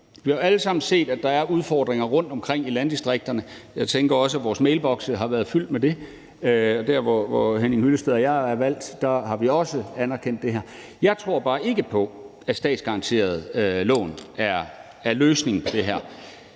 Vi har jo alle sammen set, at der er udfordringer rundtomkring i landdistrikterne, og jeg tænker også, at vores mailbokse har været fyldt med det. Og der, hvor hr. Henning Hyllested og jeg er valgt, har vi også anerkendt det her. Jeg tror bare ikke på, at statsgaranterede lån er løsningen på det her.